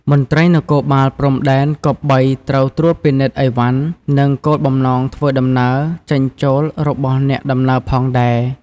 មន្ត្រីនគរបាលព្រំដែនគប្បីត្រូវត្រួតពិនិត្យឥវ៉ាន់ និងគោលបំណងធ្វើដំណើរ ចេញចួលរបស់អ្នកដំណើរផងដែរ៕